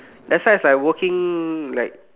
that's why it's like working like